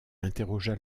interrogea